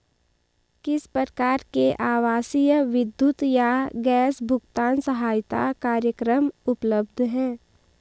किस प्रकार के आवासीय विद्युत या गैस भुगतान सहायता कार्यक्रम उपलब्ध हैं?